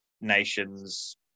nations